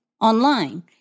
online